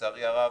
לצערי הרב,